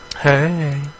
Hey